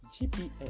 GPS